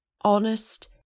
honest